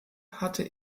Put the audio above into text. hatte